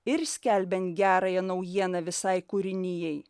ir skelbiant gerąją naujieną visai kūrinijai